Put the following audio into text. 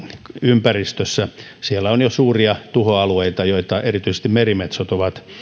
ympäristössä on jo suuria tuhoalueita joita erityisesti merimetsot ovat